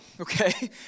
okay